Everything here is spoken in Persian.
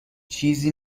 چیزی